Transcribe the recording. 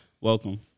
Welcome